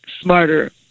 smarter